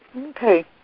Okay